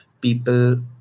people